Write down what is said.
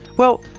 well,